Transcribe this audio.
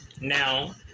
Now